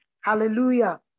Hallelujah